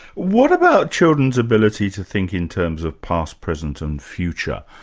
what about children's ability to think in terms of past, present and future,